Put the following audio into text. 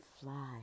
fly